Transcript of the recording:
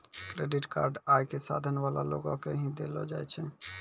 credit card आय क साधन वाला लोगो के ही दयलो जाय छै